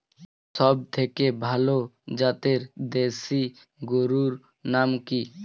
সবথেকে ভালো জাতের দেশি গরুর নাম কি?